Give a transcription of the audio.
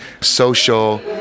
social